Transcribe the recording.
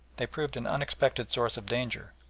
they proved an unexpected source of danger,